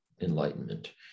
enlightenment